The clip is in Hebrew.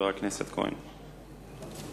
חבר הכנסת יצחק כהן.